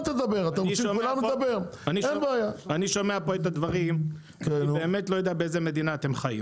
אני שומע פה את הדברים ובאמת לא יודע באיזו מדינה אתם חיים.